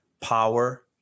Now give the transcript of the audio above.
power